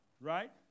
Right